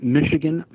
Michigan